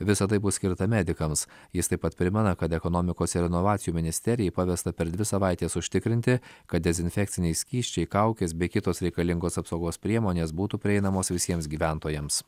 visa tai bus skirta medikams jis taip pat primena kad ekonomikos ir inovacijų ministerijai pavesta per dvi savaites užtikrinti kad dezinfekciniai skysčiai kaukės bei kitos reikalingos apsaugos priemonės būtų prieinamos visiems gyventojams